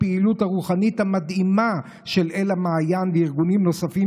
הפעילות הרוחנית המדהימה של אל המעיין וארגונים נוספים,